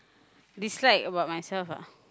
dislike about myself ah